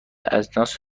اجناس